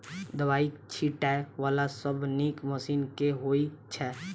दवाई छीटै वला सबसँ नीक मशीन केँ होइ छै?